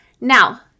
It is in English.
Now